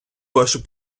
вашу